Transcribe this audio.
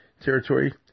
territory